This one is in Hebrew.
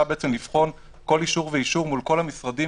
לבחון כל אישור ואישור מול כל המשרדים,